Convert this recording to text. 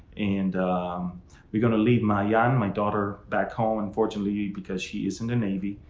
and we're gonna leave my yeah my daughter back home. unfortunately, because she is in the navy,